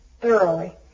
thoroughly